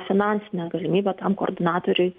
finansinę galimybę tam koordinatoriui